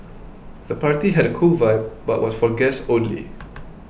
the party had a cool vibe but was for guests only